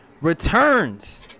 returns